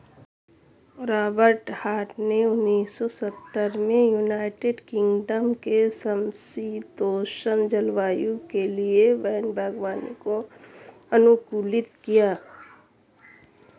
Robert Hart ने उन्नीस सौ सत्तर में यूनाइटेड किंगडम के समषीतोष्ण जलवायु के लिए वैन बागवानी को अनुकूलित किया